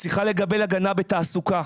צריכה לקבל הגנה בתעסוקה,